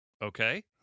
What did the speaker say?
Okay